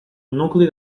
nucli